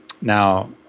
Now